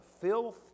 filth